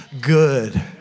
good